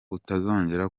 utazongera